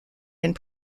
and